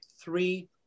three